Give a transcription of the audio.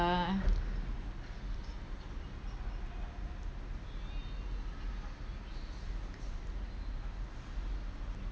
uh